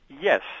Yes